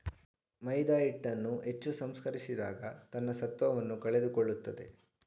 ಮೈದಾಹಿಟ್ಟನ್ನು ಹೆಚ್ಚು ಸಂಸ್ಕರಿಸಿದಾಗ ತನ್ನ ಸತ್ವವನ್ನು ಕಳೆದುಕೊಳ್ಳುತ್ತದೆ